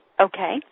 Okay